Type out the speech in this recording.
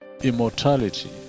immortality